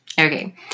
okay